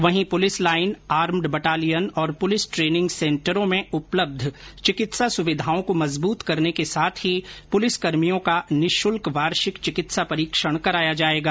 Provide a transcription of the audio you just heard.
वहीं police line armed battalion और police training सेंटरों में उपलब्ध चिकित्सा सुविधाओं को मजबूत करने के साथ ही पुलिसकर्मियों का निशुल्क वार्षिक चिकित्सा परीक्षण कराया जाएगा